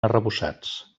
arrebossats